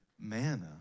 manna